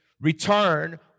return